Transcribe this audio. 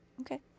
Okay